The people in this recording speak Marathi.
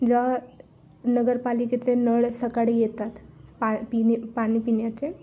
ज्या नगरपालिकेचे नळ सकाळी येतात पा पिणे पाणी पिण्याचे